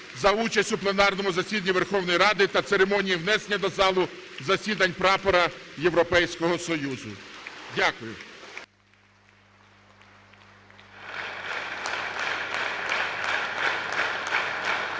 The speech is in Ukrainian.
за участь у пленарному засіданні Верховної Ради та церемонії внесення до залу засідань прапора Європейського Союзу. Дякую.